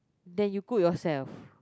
then you cook yourself